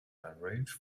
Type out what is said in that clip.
arrange